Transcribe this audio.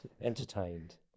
entertained